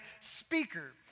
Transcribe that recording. speaker